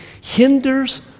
hinders